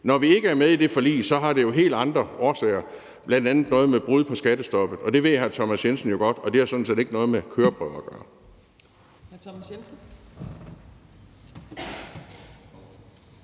Når vi ikke er med i det forlig, har det jo helt andre årsager, bl.a. noget med brud på skattestoppet. Det ved hr. Thomas Jensen jo godt, og det har sådan set ikke noget med køreprøver at gøre.